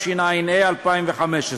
התשע"ה 2015,